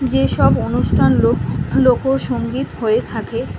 যেসব অনুষ্ঠান লোক লোকসঙ্গীত হয়ে থাকে